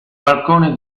balcone